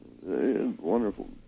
wonderful